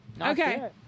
Okay